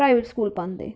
private school पांदे